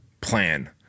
plan